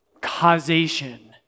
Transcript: causation